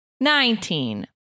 Nineteen